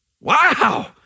Wow